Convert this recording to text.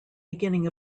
beginning